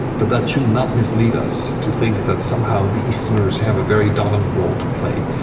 but that should not mislead us to think that somehow the easterners have a very dominant role play.